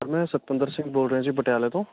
sir ਮੈਂ ਸਤਵਿੰਦਰ ਸਿੰਘ ਬੋਲ ਰਿਹਾ ਜੀ ਪਟਿਆਲੇ ਤੋਂ